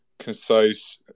Concise